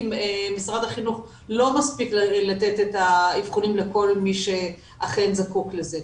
משרד החינוך לא מספיק לתת את האבחונים לכל מי שאכן זקוק לזה.